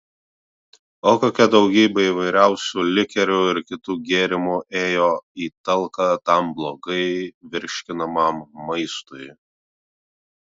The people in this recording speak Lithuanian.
o kokia daugybė įvairiausių likerių ir kitų gėrimų ėjo į talką tam blogai virškinamam maistui